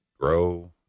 grow